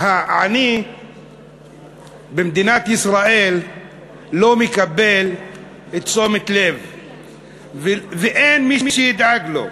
העני במדינת ישראל לא מקבל תשומת לב ואין מי שידאג לו.